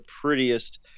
prettiest